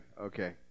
Okay